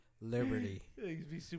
Liberty